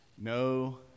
No